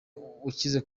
ukize